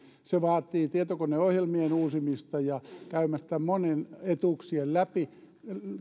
se vaatii tietokoneohjelmien uusimista ja monien etuuksien